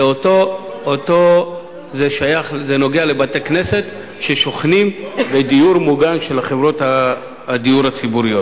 זה קשור לבתי-כנסת ששוכנים בדיור מוגן של חברות הדיור הציבוריות.